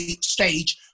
stage